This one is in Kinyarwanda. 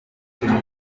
kinini